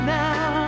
now